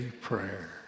prayer